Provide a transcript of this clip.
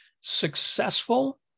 successful